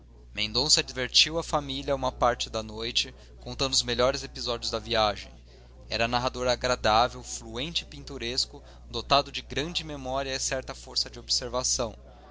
mendonça divertiu a família uma parte da noite contando os melhores episódios da viagem era narrador agradável fluente e pinturesco dotado de grande memória e certa força de observação